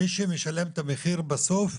מי שמשלם את המחיר בסוף הוא